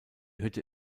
hütte